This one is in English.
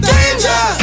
Danger